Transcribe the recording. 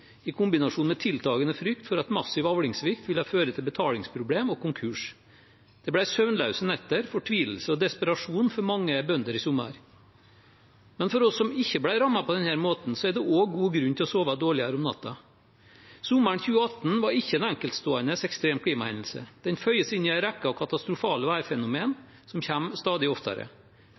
i kombinasjon med en tiltagende frykt for at en massiv avlingssvikt ville føre til betalingsproblemer og konkurs. Det ble søvnløse netter, fortvilelse og desperasjon for mange bønder i sommer. Men også for oss som ikke ble rammet på denne måten, er det god grunn til å sove dårligere om natten. Sommeren 2018 var ikke en enkeltstående ekstrem klimahendelse. Den føyer seg inn i en rekke av katastrofale værfenomener som kommer stadig oftere.